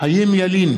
חיים ילין,